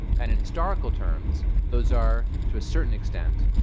and in historical terms, those are, to a certain extent,